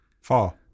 four